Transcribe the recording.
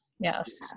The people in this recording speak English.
yes